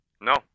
No